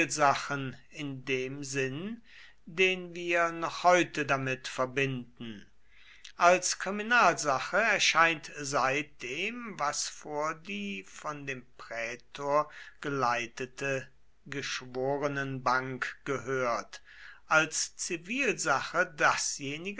in dem sinn den wir noch heute damit verbinden als kriminalsache erscheint seitdem was vor die von dem prätor geleitete geschworenenbank gehört als zivilsache dasjenige